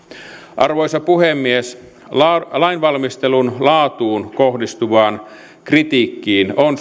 arvoisa puhemies lainvalmistelun laatuun kohdistuvaan kritiikkiin on